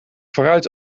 vooruit